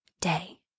day